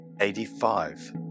Eighty-five